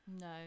no